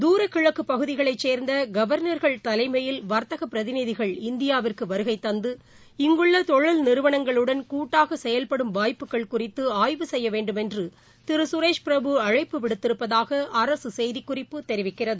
தூரகிழக்கு பகுதிகளைச் சேர்ந்த கவாளா்கள் தலைமையில் வர்த்தக பிரதிநிதிகள் இந்தியாவிற்கு வருகை தந்து இங்குள்ள தொழில் நிறுவனங்களுடன் கூட்டாக செயல்படும் வாய்ப்புகள் குறித்து ஆய்வு செய்ய வேண்டுமென்று திரு சுரேஷ் பிரபு அழைப்பு விடுத்திருப்பதாக அரசு செய்திக்குறிப்பு தெரிவிக்கிறது